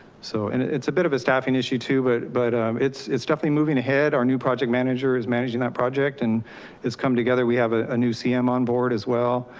so and it's a bit of a staffing issue too. but but um it's it's definitely moving ahead. our new project manager is managing that project and it's come together, we have ah a new cm on board as well,